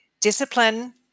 discipline